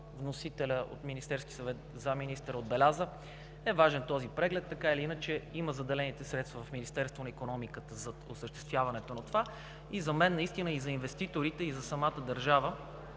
вносителят от Министерски съвет, заместник-министърът отбеляза, този преглед е важен, така или иначе, има заделени средства в Министерството на икономиката за осъществяването на това и за мен наистина, и за инвеститорите, и за самата държава